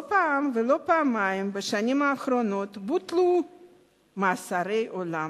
לא פעם ולא פעמיים בשנים האחרונות בוטלו מאסרי עולם.